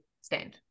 stand